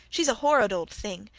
she's a horrid old thing,